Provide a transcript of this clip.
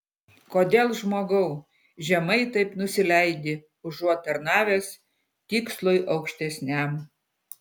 kodėl žmogau žemai taip nusileidi užuot tarnavęs tikslui aukštesniam